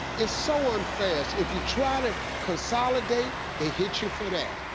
it's so unfair, if you try to consolidate, they hit you for that.